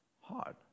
hard